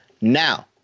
Now